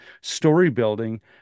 story-building